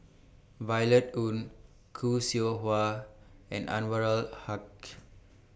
Violet Oon Khoo Seow Hwa and Anwarul Haque